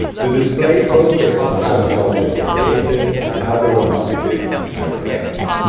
the display focused on how these objects were created and how they were marketed and collected.